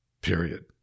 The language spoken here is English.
Period